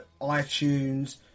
iTunes